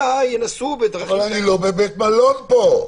אלא ינסו בדרכים אחרות.